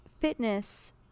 fitness